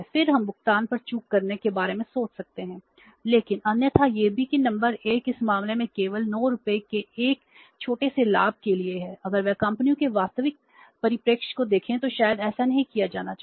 फिर हम भुगतान पर चूक करने के बारे में सोच सकते हैं लेकिन अन्यथा यह भी कि नंबर 1 इस मामले में केवल 9 रुपये के एक छोटे से लाभ के लिए है अगर वे कंपनियों के वास्तविक परिप्रेक्ष्य को देखें तो शायद ऐसा नहीं किया जाना चाहिए